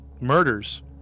murders